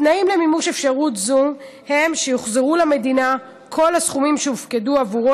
התנאים למימוש אפשרות זו הם שיוחזרו למדינה כל הסכומים שהופקדו עבורו